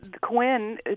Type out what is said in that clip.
Quinn